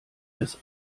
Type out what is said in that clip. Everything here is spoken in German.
des